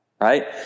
right